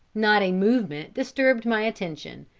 not a movement disturbed my attention.